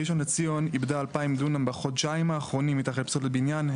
ראשון לציון איבדה 2,000 דונם בחודשיים האחרונים לפסולת בניין.